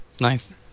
Nice